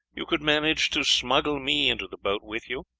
you could manage to smuggle me into the boat with you?